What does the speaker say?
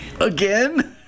Again